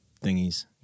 thingies